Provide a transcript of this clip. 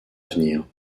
avenir